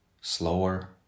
slower